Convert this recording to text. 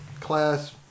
class